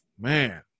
man